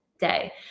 day